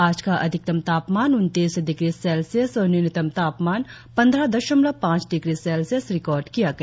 आज का अधिकतम तापमान उनतीस डिग्री सेल्सियस और न्यूनतम तापमान पंद्रह दशमलव पांच डिग्री सेल्सियस रिकार्ड किया गया